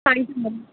thank you ma'am